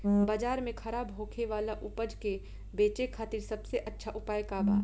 बाजार में खराब होखे वाला उपज के बेचे खातिर सबसे अच्छा उपाय का बा?